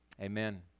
amen